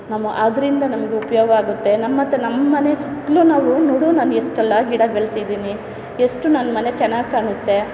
ನಮ ಆದ್ದರಿಂದ ನಮ್ಗೆ ಉಪಯೋಗ ಆಗುತ್ತೆ ನಮ್ಮತ್ತ ನಮ್ಮ ಮನೆ ಸುತ್ತಲೂ ನಾವು ನೋಡು ನಾನು ಎಷ್ಟೆಲ್ಲ ಗಿಡ ಬೆಳೆಸಿದ್ದೀನಿ ಎಷ್ಟು ನನ್ನ ಮನೆ ಚೆನ್ನಾಗಿ ಕಾಣುತ್ತೆ